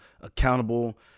Accountable